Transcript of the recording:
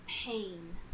pain